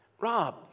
Rob